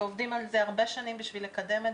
ולשמחתנו יש היום טיפולים מתקדמים,